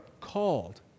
called